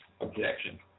objection